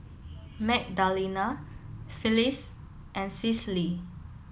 Magdalena Phyllis and Cicely